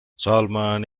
salmon